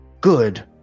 good